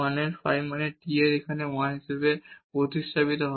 1 phi মানে t এখানে 1 দ্বারা প্রতিস্থাপিত হবে